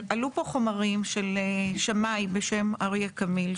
עלו פה חומרים של שמאי בשם אריה קמיל,